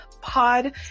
Pod